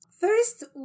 First